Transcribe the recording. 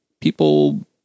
people